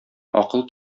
акыл